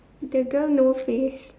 the girl no face